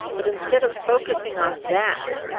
but instead of focusing on that,